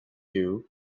two